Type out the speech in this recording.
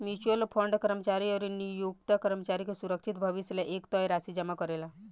mutual fund कर्मचारी अउरी नियोक्ता कर्मचारी के सुरक्षित भविष्य ला एक तय राशि जमा करेला